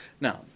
Now